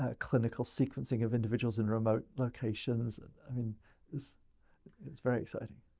ah clinical sequencing of individuals in remote locations. i mean, this is very exciting.